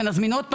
ונזמין עוד פעם,